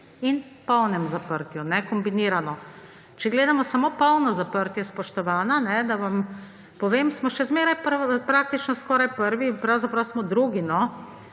in polnem zaprtju, kombinirano. Če gledamo samo polno zaprtje, spoštovana, da vam povem, samo še zmeraj praktično skoraj prvi, pravzaprav smo drugi,